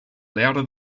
louder